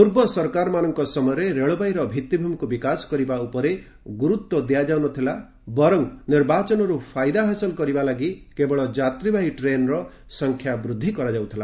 ପୂର୍ବ ସରକାରମାନଙ୍କ ସମୟରେ ରେଳବାଇର ଭିତ୍ତିଭୂମିକୁ ବିକାଶ କରିବା ଉପରେ ଗୁରୁତ୍ୱ ଦିଆଯାଉନଥିଲା ବରଂ ନିର୍ବାଚନରୁ ଫାଇଦା ହାସଲ କରିବା ଲାଗି କେବଳ ଯାତ୍ରୀବାହୀ ଟ୍ରେନ୍ର ସଂଖ୍ୟା ବୃଦ୍ଧି କରାଯାଉଥିଲା